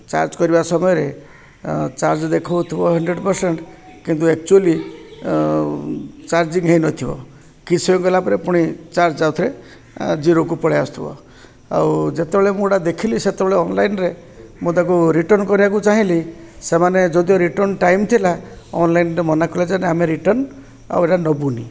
charge କରିବା ସମୟରେ charge ଦେଖଉଥିବ ହଣ୍ଡ୍ରେଡ଼ ପରସେଣ୍ଟ କିନ୍ତୁ ଆକ୍ଚୁଆଲି ଚାର୍ଜିଂ ହେଇନଥିବ କିଛି ସମୟ ଗଲା ପରେ ପୁଣି ଚାର୍ଜ ଯାଉଥରେ ଜିରୋକୁ ପଳେଇ ଆସୁଥିବ ଆଉ ଯେତେବେଳେ ମୁଁ ଏଗୁଡ଼ା ଦେଖିଲି ସେତେବେଳେ ଅନଲାଇନରେ ମୁଁ ତାକୁ ରିଟର୍ଣ୍ଣ କରିବାକୁ ଚାହିଁଲିି ସେମାନେ ଯଦିଓ ରିଟର୍ଣ୍ଣ ଟାଇମ୍ ଥିଲା ଅନଲାଇନରେେ ମନା କଲେ ଯେ ଏଇଟା ଆମେ ରିଟର୍ଣ୍ଣ ଆଉ ଏଟା ନେବୁନି